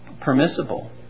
permissible